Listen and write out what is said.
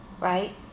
Right